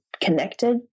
connected